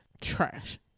trash